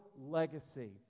legacy